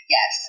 Yes